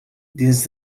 dins